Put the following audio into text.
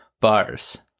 bars